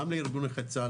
גם לארגון נכי צה"ל,